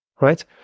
right